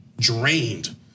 drained